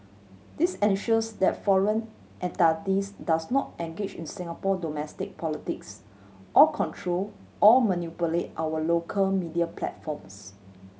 this ensures that foreign entities do not engage in Singapore domestic politics or control or manipulate our local media platforms